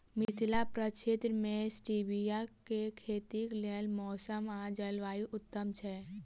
मिथिला प्रक्षेत्र मे स्टीबिया केँ खेतीक लेल मौसम आ जलवायु उत्तम छै?